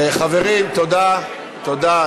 חברים, תודה, תודה.